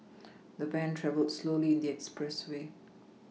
the van travelled slowly in the expressway